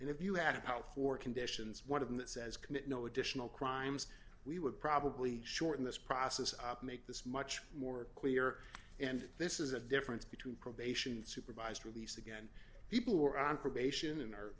and if you have out for conditions one of them that says commit no additional crimes we would probably shorten this process up make this much more clear and this is a difference between probation supervised release again people who are on probation and are